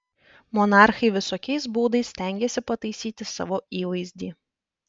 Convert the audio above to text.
monarchai visokiais būdais stengėsi pataisyti savo įvaizdį